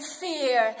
fear